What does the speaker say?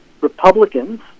republicans